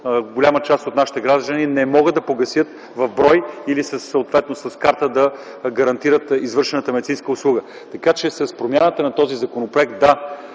голяма част от нашите граждани не могат да погасят в брой или съответно с карта да гарантират извършената медицинска услуга. Така че с промяната на този законопроект сме